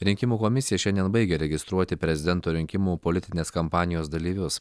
rinkimų komisija šiandien baigia registruoti prezidento rinkimų politinės kampanijos dalyvius